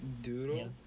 Doodle